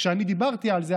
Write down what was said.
כשאני דיברתי על זה,